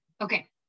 Okay